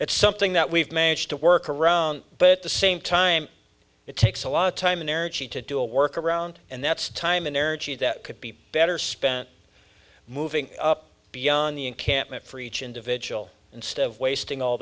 it's something that we've managed to work around but at the same time it takes a lot of time and energy to do a work around and that's time and energy that could be better spent moving beyond the encampment for each individual instead of wasting all